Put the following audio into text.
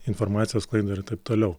informacijos sklaidą ir taip toliau